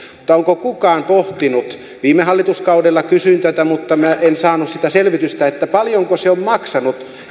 mutta onko kukaan pohtinut viime hallituskaudella kysyin tätä mutta minä en saanut sitä selvitystä paljonko se on maksanut